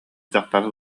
дьахтар